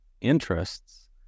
interests